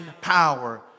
power